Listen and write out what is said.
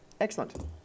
Excellent